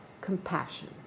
compassion